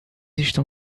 estão